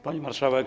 Pani Marszałek!